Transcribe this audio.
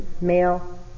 male